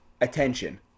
Attention